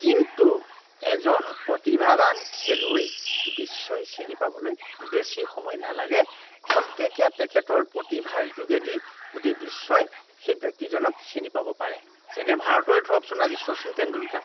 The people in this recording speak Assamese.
কিন্তু এজন প্ৰতিভাৱান খেলুৱৈক বিশ্বই চিনি পাবলৈ বেছি সময় নালাগে খন্তেকীয়া তেখেতৰ প্ৰতিভাৰ যোগেদি গোটেই বিশ্বই সেই ব্যক্তিজনক চিনি পাব পাৰে যেনে ভাৰতৰ ধৰকচোন আজি শচীন টেণ্ডুলকাৰ